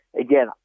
again